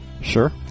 Sure